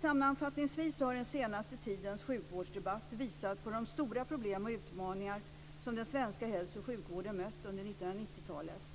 Sammanfattningsvis har den senaste tidens sjukvårdsdebatt visat på de stora problem och utmaningar som den svenska hälso och sjukvården mött under 1990-talet.